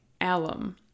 alum